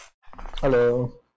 Hello